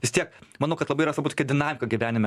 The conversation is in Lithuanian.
vis tiek manau kad labai yra svarbu tokia dinamika gyvenime